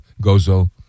Gozo